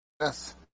Yes